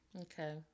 Okay